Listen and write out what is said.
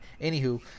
Anywho